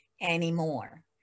anymore